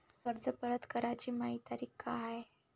कर्ज परत कराची मायी तारीख का हाय?